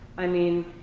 i mean,